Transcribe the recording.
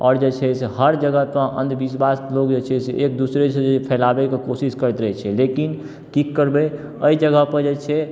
आओर जे छै से हर जगह तऽ अंधविश्वास लोक जे छै एक दूसरे सँ ई फैलाबै के कोशिश करैत रहै छै लेकिन की करबै एहि जगह पर जे छै